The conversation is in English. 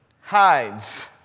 hides